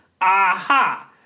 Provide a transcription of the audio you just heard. Aha